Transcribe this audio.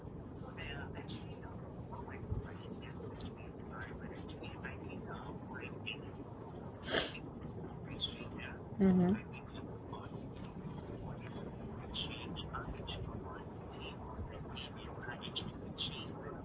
mmhmm